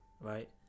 Right